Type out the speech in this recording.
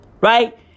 Right